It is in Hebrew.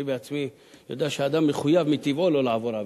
אני בעצמי יודע שאדם מחויב מטבעו לא לעבור עבירה,